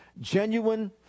Genuine